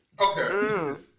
Okay